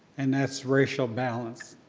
and that's racial balance